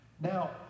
Now